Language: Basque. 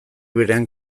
berean